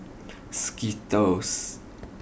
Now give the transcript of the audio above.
Skittles